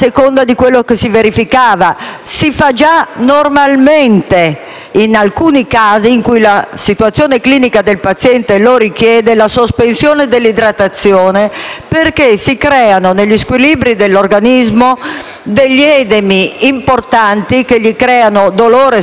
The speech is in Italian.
In alcuni casi in cui la situazione clinica del paziente lo richiede, già normalmente si sospende l'idratazione perché si creano, negli squilibri dell'organismo, degli edemi importanti che creano dolore e sofferenza, come può essere un edema cardiaco o polmonare.